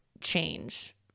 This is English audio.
change